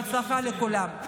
בהצלחה לכולם.